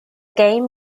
game